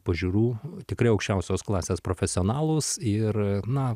pažiūrų tikri aukščiausios klasės profesionalūs ir na